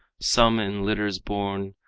some in litters borne,